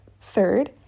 Third